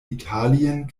italien